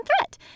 threat